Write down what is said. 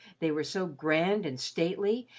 they were so grand and stately,